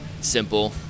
simple